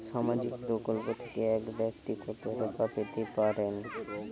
সামাজিক প্রকল্প থেকে এক ব্যাক্তি কত টাকা পেতে পারেন?